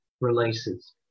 releases